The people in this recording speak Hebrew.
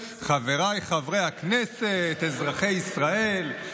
חבריי חברי הכנסת, אזרחי ישראל,